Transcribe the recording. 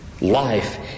Life